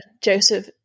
Joseph